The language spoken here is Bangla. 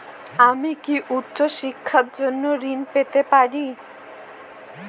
আমি কি উচ্চ শিক্ষার জন্য ঋণ পেতে পারি?